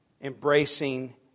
embracing